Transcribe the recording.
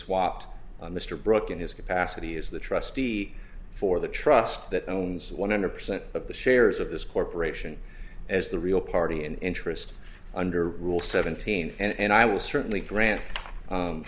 swapped mr brook in his capacity as the trustee for the trust that owns one hundred percent of the shares of this corporation as the real party in interest under rule seventeen and i will certainly grant